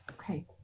Okay